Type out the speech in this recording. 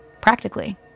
practically